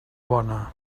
bona